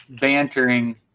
bantering